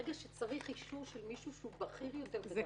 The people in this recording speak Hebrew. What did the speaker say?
ברגע שצריך אישור של מישהו שהוא בכיר יותר בדרגה,